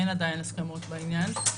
אין עדיין הסכמות בעניין.